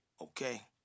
Okay